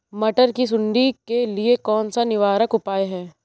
मटर की सुंडी के लिए कौन सा निवारक उपाय है?